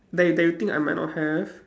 that you that you think I might not have